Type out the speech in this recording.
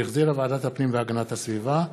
שהחזירה ועדת הפנים והגנת הסביבה.